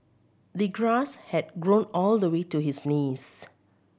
the grass had grown all the way to his knees